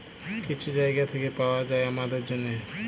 কিছু জায়গা থ্যাইকে পাউয়া যায় আমাদের জ্যনহে